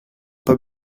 pas